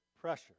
pressure